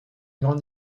grande